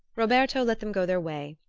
roberto let them go their way,